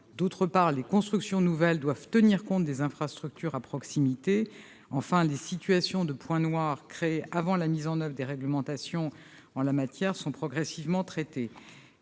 ; les constructions nouvelles doivent tenir compte des infrastructures à proximité ; les situations de points noirs créées avant la mise en oeuvre des réglementations en la matière sont progressivement traitées.